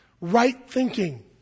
right-thinking